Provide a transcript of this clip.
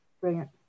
Brilliant